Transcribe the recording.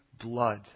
blood